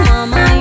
Mama